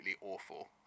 awful